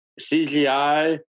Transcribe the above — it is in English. CGI